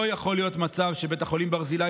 לא יכול להיות מצב שבבית החולים ברזילי